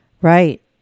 Right